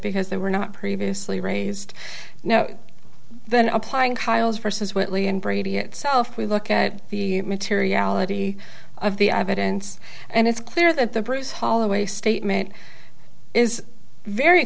because they were not previously raised now then applying tiles versus whitley and brady itself we look at the materiality of the evidence and it's clear that the bruce holloway statement is very